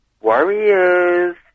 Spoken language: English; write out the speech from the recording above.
Warriors